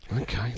Okay